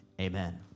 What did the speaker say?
amen